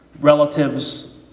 relatives